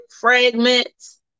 fragments